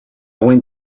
went